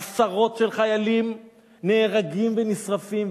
עשרות חיילים נהרגים ונשרפים,